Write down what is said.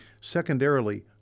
Secondarily